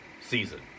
season